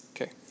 Okay